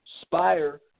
Spire